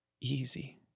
easy